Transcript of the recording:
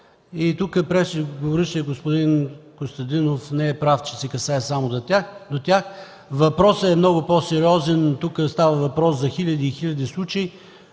Тук преждеговорившият господин Костадинов не е прав, че се касае само до тях. Въпросът е много по-сериозен, защото тук става въпрос за хиляди и хиляди случаи,